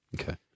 Okay